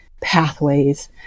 pathways